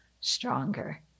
stronger